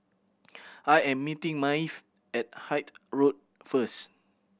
I am meeting Maeve at Hythe Road first